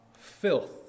Filth